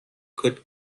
could